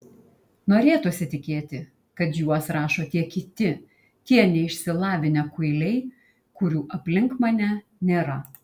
norėtųsi tikėti kad juos rašo tie kiti tie neišsilavinę kuiliai kurių aplink mane nėra